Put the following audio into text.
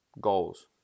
goals